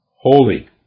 holy